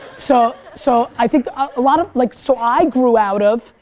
so so i think a lot of, like so i grew out of,